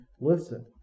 listen